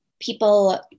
People